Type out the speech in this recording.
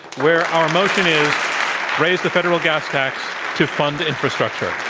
where our motion is raise the federal gas tax to fund infrastructure.